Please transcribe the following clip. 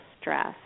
stress